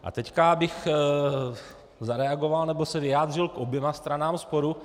A teď bych zareagoval nebo se vyjádřil k oběma stranám sporu.